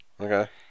Okay